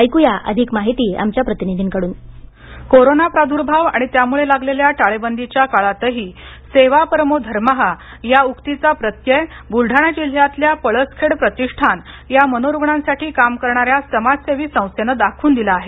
ऐकुया अधिक माहिती आमच्या प्रतिनिधीकडून कोरोना प्रादुर्भाव आणि त्यामुळे लागलेल्या टाळेबंदीच्या काळातही सेवा परमो धर्मा या उक्तीचा प्रत्यय बुलडाणा जिल्ह्यातल्या पळसखेड प्रतिष्ठान या मनोरुग्णांसाठी काम करणाऱ्या समाजसेवी संस्थेनं दाखवून दिला आहे